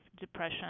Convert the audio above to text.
depression